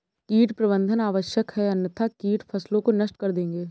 कीट प्रबंधन आवश्यक है अन्यथा कीट फसलों को नष्ट कर देंगे